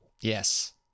Yes